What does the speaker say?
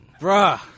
Bruh